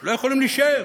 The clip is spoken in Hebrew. לא יכולים להישאר.